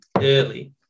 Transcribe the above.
early